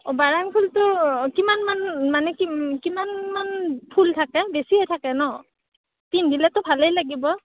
অঁ বাৰাং ফুলটো কিমানমান মানে কিমানমান ফুল থাকে বেছিয়েই থাকে ন পিন্ধিলেতো ভালেই লাগিব